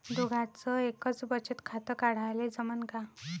दोघाच एकच बचत खातं काढाले जमनं का?